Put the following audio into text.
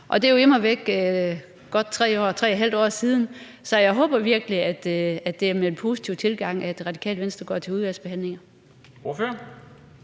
det er jo immer væk godt 3½ år siden. Så jeg håber virkelig, at det er med en positiv tilgang, at Radikale Venstre går til udvalgsbehandlingen.